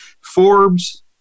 Forbes